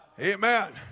Amen